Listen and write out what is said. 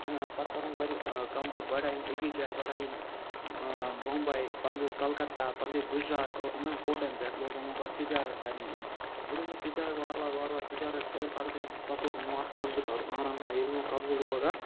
پَتہٕ کرُن واریاہ کَم گۄڈٕ آیہِ یِم أکِس جایہِ گۄڈٕ ایہِ یِم بمباے پَتہٕ گٔے کَلکَتہ پَتہٕ گٔے گُجرات یِمَن پوٹَن پٮ۪ٹھ لوگ یِمو گۄڈٕ تجارت کَرنہِ یِنۍ ییٚلہِ یِمو تِجارت وار وارٕ وارٕ وارٕ تجارت کٔر پَتہٕ گٔے پَتہٕ لوٚگ یِمو اَتھ قبضہٕ کَرُن آرام سان ییٚلہِ یِمو قبضہٕ لوگ اَتھ